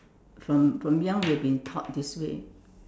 from from young we have been taught this way